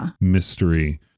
mystery